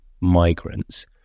migrants